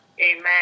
Amen